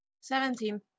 Seventeen